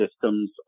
systems